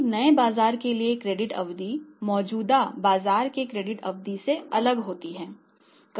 एक नए बाजार के लिए क्रेडिट अवधि मौजूदा बाजार की क्रेडिट अवधि से अलग होती है